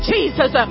Jesus